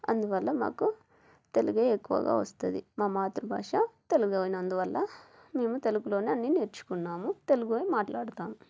అందువల్ల మాకు తెలుగే ఎక్కువగా వస్తుంది మా మాతృభాష తెలుగు అయినందువల్ల మేము తెలుగులోనే అన్నీ నేర్చుకున్నాము తెలుగే మాట్లాడుతాము